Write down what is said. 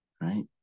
right